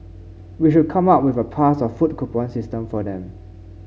we should come up with a pass or food coupon system for them